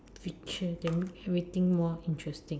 richer that mean we think more interesting